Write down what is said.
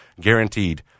Guaranteed